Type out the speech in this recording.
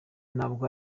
ntabwo